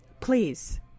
please